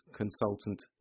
consultant